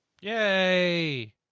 Yay